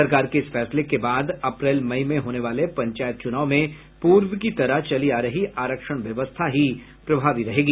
सरकार के इस फैसले के बाद अप्रैल मई में होने वाले पंचायत चुनाव में पूर्व की तरह चली आ रही आरक्षण व्यवस्था ही प्रभावी रहेगी